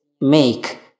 make